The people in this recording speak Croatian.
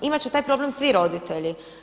Imat će taj problem svi roditelji.